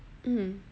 mm